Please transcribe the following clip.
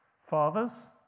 Fathers